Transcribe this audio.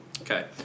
Okay